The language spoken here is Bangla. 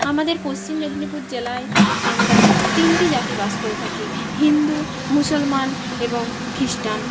আমাদের পশ্চিম মেদিনীপুর জেলায় আমরা তিনটি জাতি বাস করে থাকি হিন্দু মুসলমান এবং খ্রিস্টান